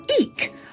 Eek